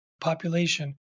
population